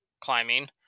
climbing